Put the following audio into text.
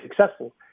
successful